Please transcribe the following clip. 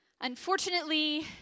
Unfortunately